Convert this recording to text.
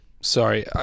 Sorry